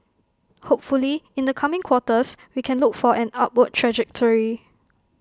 hopefully in the coming quarters we can look for an upward trajectory